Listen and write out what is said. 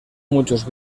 muchos